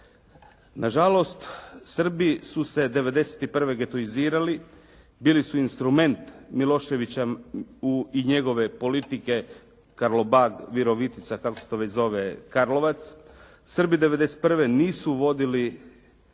Na žalost, Srbi su se '91. getoizirali, bili su instrument Miloševića i njegove politike Karlobag-Virovitica kako se to već zove Karlovac. Srbi '91. nisu vodili